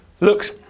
looks